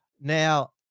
Now